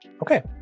Okay